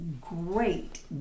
great